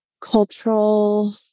cultural